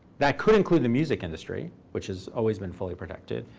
that could include the music industry, which has always been fully protected.